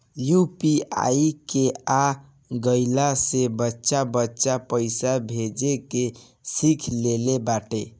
UPI के आ गईला से बच्चा बच्चा पईसा भेजे के सिख लेले बाटे